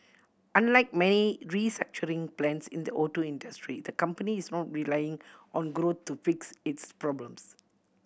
unlike many restructuring plans in the auto industry the company is not relying on growth to fix its problems